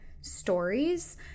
stories